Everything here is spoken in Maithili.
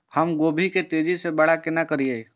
हम गोभी के तेजी से बड़ा केना करिए?